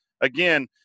again